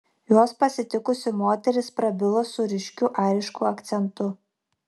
juos pasitikusi moteris prabilo su ryškiu airišku akcentu